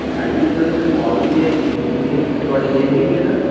timing sir ਇੱਕ morning ਦੀ ਹੈ ਇੱਕ ਇਵਨਿੰਗ ਦੀ ਹੈ ਤੁਹਾਡੀ ਏਜ ਕਿੰਨੀ ਹੈ ਸਰ